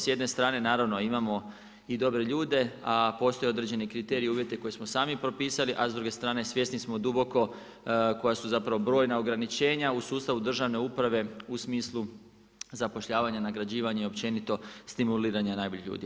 S jedne strane naravno imamo i dobre ljude, a postoje određeni kriteriji i uvjeti koje smo sami propisali, a s druge strane svjesni smo duboko koja su zapravo brojna ograničenja u sustavu državne uprave u smislu zapošljavanja, nagrađivanja i općenito stimuliranja najboljih ljudi.